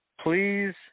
Please